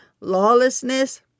lawlessness